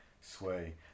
sway